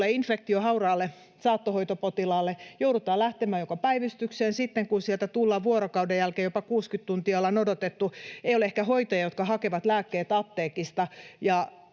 tulee infektio hauraalle saattohoitopotilaalle, joudutaan lähtemään jopa päivystykseen. Sitten kun sieltä tullaan vuorokauden jälkeen, jopa 60 tuntia ollaan odotettu, ei ole ehkä hoitajia, jotka hakevat lääkkeet apteekista,